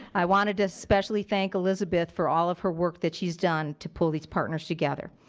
i wanted to especially thank elizabeth for all of her work that she's done to pull these partners together.